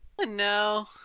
No